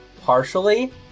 partially